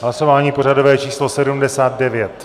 Hlasování pořadové číslo 79.